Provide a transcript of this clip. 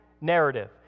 narrative